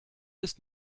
ist